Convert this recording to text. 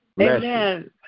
Amen